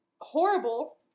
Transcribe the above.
horrible